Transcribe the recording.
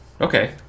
okay